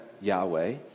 Yahweh